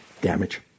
damage